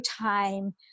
time